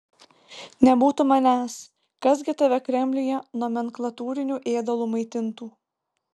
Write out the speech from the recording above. nebūtų manęs kas gi tave kremliuje nomenklatūriniu ėdalu maitintų